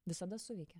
visada suveikia